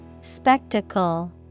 Spectacle